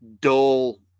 dull